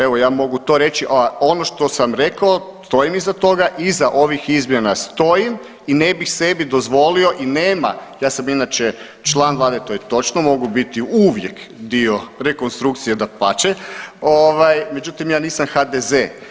Evo, ja mogu to reći, a ono što sam rekao, stojim iza toga, iza ovih izmjena stojim i ne bih sebi dozvolio i nema, ja sam inače član Vlade, to je točno, mogu biti uvijek dio rekonstrukcije, dapače, ovaj, međutim, ja nisam HDZ.